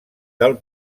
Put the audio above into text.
del